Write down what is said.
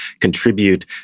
contribute